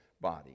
body